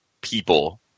people